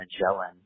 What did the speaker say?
Magellan